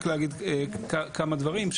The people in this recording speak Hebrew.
אני רוצה רק להגיד כמה דברים.